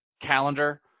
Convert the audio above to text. calendar